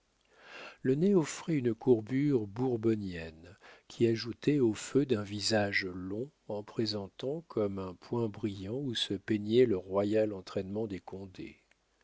le nez offrait une courbure bourbonnienne qui ajoutait au feu d'un visage long en présentant comme un point brillant où se peignait le royal entraînement des